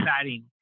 exciting